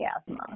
asthma